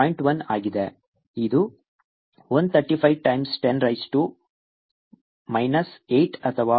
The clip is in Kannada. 1 ಆಗಿದೆ ಇದು 135 ಟೈಮ್ಸ್ 10 ರೈಸ್ ಟು ಮೈನಸ್ 8 ಅಥವಾ 1